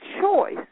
choice